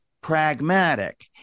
pragmatic